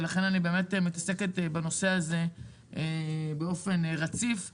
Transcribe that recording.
ולכן אני עוסקת בנושא הזה באופן רציף ועמוק.